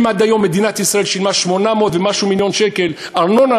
אם עד היום מדינת ישראל שילמה 800 ומשהו מיליון שקל ארנונה,